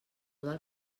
del